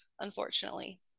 unfortunately